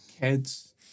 kids